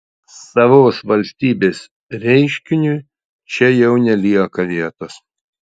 savos valstybės reiškiniui čia jau nelieka vietos